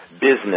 business